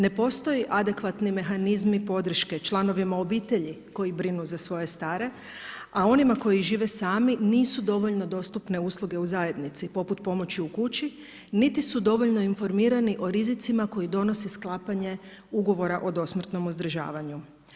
Ne postoji adekvatni mehanizmi podrške članovima obitelji koji brinu za svoje stare, a onima koji žive sami nisu dovoljno dostupne usluge u zajednici poput pomoći u kući, niti su dovoljno informirani o rizicima koje donose sklapanje ugovora o dosmrtnom uzdržavanju.